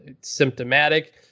symptomatic